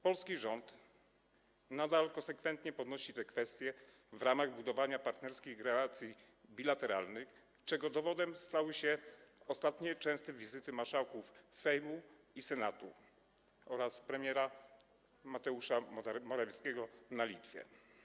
Polski rząd nadal konsekwentnie podnosi tę kwestię w ramach budowania partnerskich relacji bilateralnych, czego dowodem stały się ostatnie częste wizyty marszałków Sejmu i Senatu oraz premiera Mateusza Morawieckiego na Litwie.